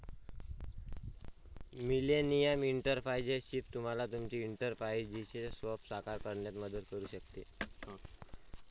millennial entrepreneurship तुम्हाला तुमचे एंटरप्राइझचे स्वप्न साकार करण्यात मदत करू शकते